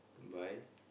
buy